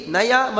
Naya